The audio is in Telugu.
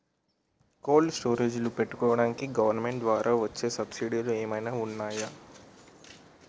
కోల్డ్ స్టోరేజ్ పెట్టుకోడానికి గవర్నమెంట్ ద్వారా వచ్చే సబ్సిడీ ఏమైనా ఉన్నాయా?